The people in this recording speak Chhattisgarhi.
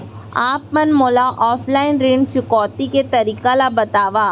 आप मन मोला ऑफलाइन ऋण चुकौती के तरीका ल बतावव?